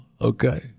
Okay